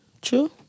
True